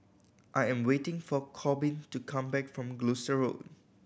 I am waiting for Corbin to come back from Road